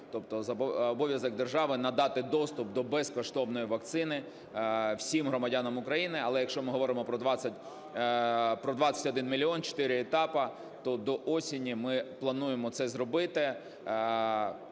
Тобто обов'язок держави – надати доступ до безкоштовної вакцини всім громадянам України. Але, якщо ми говоримо про 21 мільйон, чотири етапи, то до осені ми плануємо це зробити.